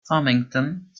farmington